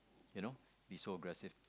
you know be so aggressive